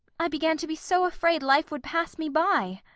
i began to be so afraid life would pass me by.